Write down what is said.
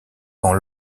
dans